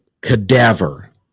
cadaver